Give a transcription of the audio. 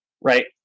right